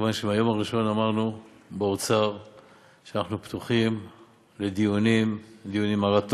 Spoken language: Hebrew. מכיוון שמהיום הראשון אמרנו באוצר שאנחנו פתוחים לדיונים מרתוניים,